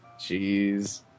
Jeez